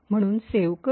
म्हणून सेव करु